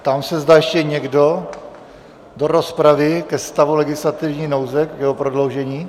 Ptám se, zda ještě někdo do rozpravy ke stavu legislativní nouze, k jeho prodloužení.